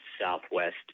southwest